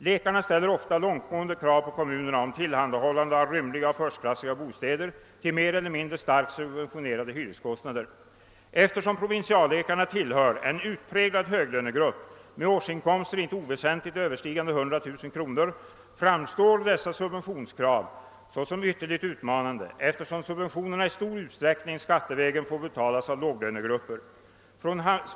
Läkarna ställer ofta långtgående krav på kommunerna om tillhandahållande av rymliga och förstklassiga bostäder till mer eller mindre starkt subventionerade hyreskostnader. Eftersom provinsialläkarna tillhör en utpräglad höglönegrupp med årsinkomster icke oväsentligt överstigande 100000 kronor framstår dessa subventionskrav såsom ytterligt utmanande, eftersom subventionerna i stor utsträckning skattevägen får betalas av låglönegrupper.